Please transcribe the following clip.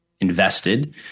Invested